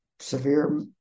Severe